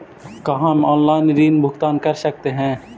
का हम आनलाइन ऋण भुगतान कर सकते हैं?